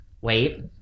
wait